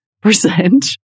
percent